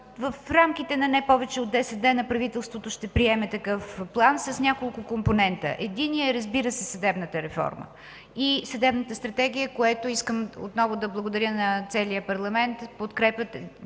В рамките на не повече от десет дни правителството ще приеме такъв план с няколко компонента. Единият, разбира се, съдебната реформа и съдебната стратегия. Искам отново да благодаря на целия парламент, след